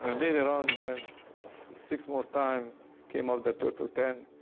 and later on when six more times came out the perfect ten,